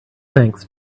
thanks